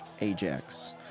Ajax